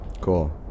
cool